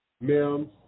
Mims